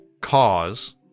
cause